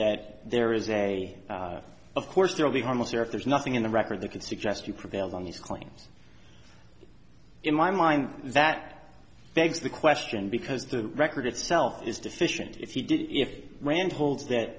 that there is a of course there'll be harmless or if there's nothing in the record that could suggest you prevailed on these claims in my mind that they've the question because the record itself is deficient if you did if rand holds that